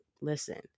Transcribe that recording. listen